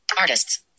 artists